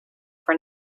for